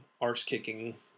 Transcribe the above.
arse-kicking